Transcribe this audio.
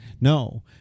No